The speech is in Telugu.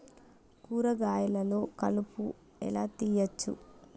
కూరగాయలలో కలుపు ఎలా తీయచ్చు?